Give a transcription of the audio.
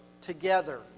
together